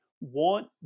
want